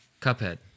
Cuphead